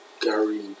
Gary